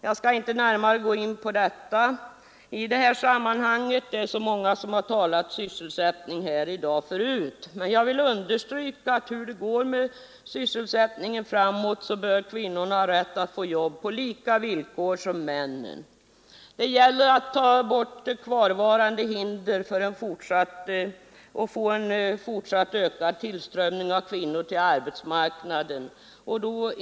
Jag skall nu inte närmare gå in på detta; det är många som talat sysselsättning tidigare här i dag. Men jag vill understryka att hur det än går med sysselsättningen framöver bör kvinnorna ha rätt till jobb på lika villkor som männen. Det gäller att ta bort kvarvarande hinder och få en fortsatt ökad tillströmning av kvinnor till arbetsmarknaden.